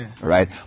right